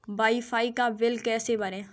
Y fi का bill कैसे भरें?